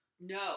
No